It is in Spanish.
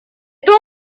tubo